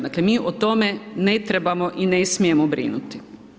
Dakle mi o tome ne trebamo i ne smijemo brinuti.